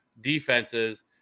defenses